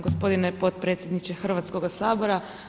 Gospodine potpredsjedniče Hrvatskoga sabora!